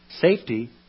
Safety